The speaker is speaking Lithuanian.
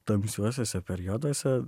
tamsiuosiuose perioduose